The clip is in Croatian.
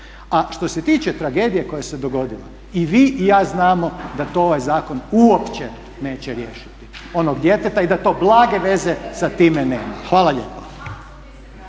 A što se tiče tragedije koja se dogodila i vi i ja znamo da to ovaj zakon uopće neće riješiti onog djeteta i da to blage veze sa time nema. Hvala lijepa.